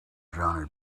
johnny